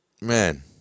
man